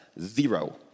zero